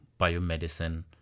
biomedicine